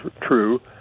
true